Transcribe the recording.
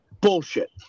Bullshit